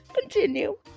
Continue